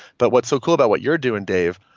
but what's so cool about what you're doing dave,